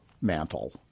mantle